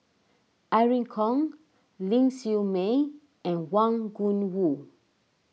Irene Khong Ling Siew May and Wang Gungwu